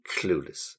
clueless